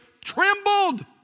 trembled